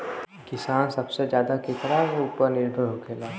किसान सबसे ज्यादा केकरा ऊपर निर्भर होखेला?